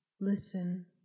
listen